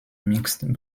mixed